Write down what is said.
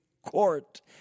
Court